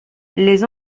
les